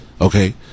okay